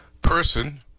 person